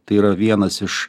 tai yra vienas iš